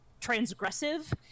transgressive